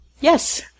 yes